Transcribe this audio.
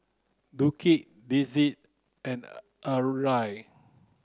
Duke Dessie and